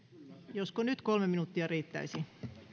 josko nyt kolme minuuttia riittäisi